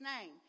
name